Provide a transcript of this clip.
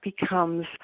becomes